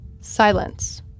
Silence